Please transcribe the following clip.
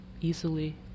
easily